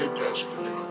destiny